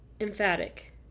emphatic